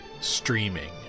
streaming